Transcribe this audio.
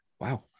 wow